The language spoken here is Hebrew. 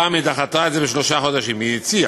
הפעם היא דחתה את זה בשלושה חודשים, היא הציעה.